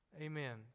Amen